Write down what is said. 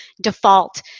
default